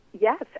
Yes